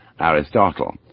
Aristotle